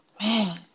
Man